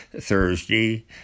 Thursday